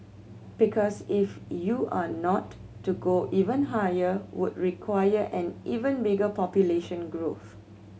because if you are not to go even higher would require an even bigger population growth